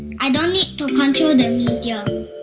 i dont need to control and and